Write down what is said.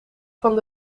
van